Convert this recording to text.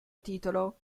titolo